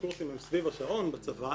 הקורסים הם סביב השעון בצבא